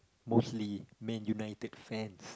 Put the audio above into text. mostly Man United fans